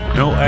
no